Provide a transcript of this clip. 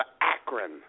Akron